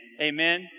Amen